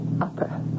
upper